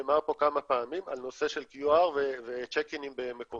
נאמר פה כמה פעמים על נושא שלא QR וצ'ק-אינים במקומות.